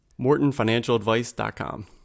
MortonFinancialAdvice.com